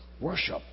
worship